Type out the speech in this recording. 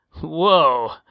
Whoa